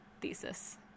thesis